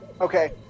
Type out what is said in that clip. Okay